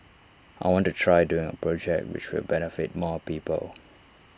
I want to try doing A project which will benefit more people